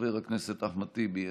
חבר הכנסת אחמד טיבי,